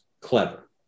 clever